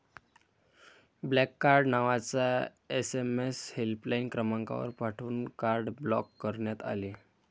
block card नावाचा SMS helpline क्रमांकावर पाठवून कार्ड ब्लॉक करण्यात आले